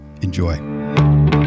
enjoy